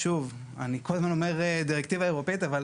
ואני כל הזמן אומר "דירקטיבה אירופאית", אבל